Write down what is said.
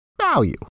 value